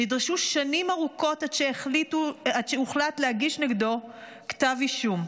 נדרשו שנים ארוכות עד שהוחלט להגיש נגדו כתב אישום.